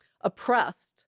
oppressed